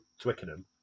Twickenham